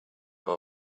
all